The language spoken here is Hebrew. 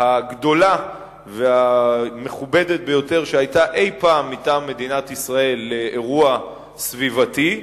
הגדולה והמכובדת ביותר שהיתה אי-פעם מטעם מדינת ישראל לאירוע סביבתי,